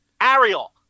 Ariel